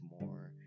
more